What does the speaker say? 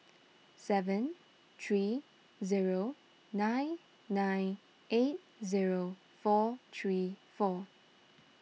seven three zero nine nine eight zero four three four